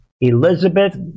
Elizabeth